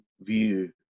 view